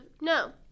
no